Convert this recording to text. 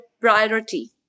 priority